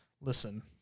listen